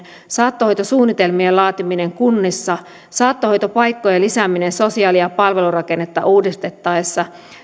saattohoitosuunnitelmien laatiminen kunnissa saattohoitopaikkojen lisääminen sosiaali ja palvelurakennetta uudistettaessa